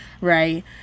right